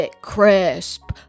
Crisp